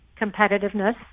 competitiveness